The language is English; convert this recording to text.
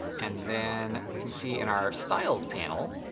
and then, we can see, in our styles panel,